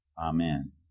Amen